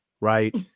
Right